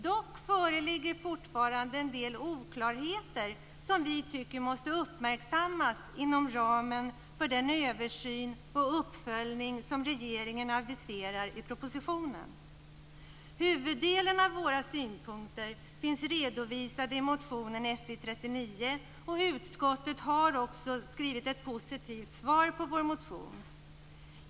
Dock föreligger fortfarande en del oklarheter som vi tycker måste uppmärksammas inom ramen för den översyn och uppföljning som regeringen aviserar i propositionen. Huvuddelen av våra synpunkter finns redovisade i motionen Fi39, och utskottet har också skrivit ett positivt svar på vår motion.